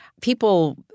people